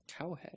cowhead